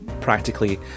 practically